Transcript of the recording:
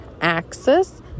Axis